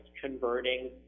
converting